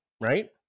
right